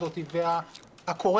ומוצע לקבוע שהוראת השקיפות תהיה אחת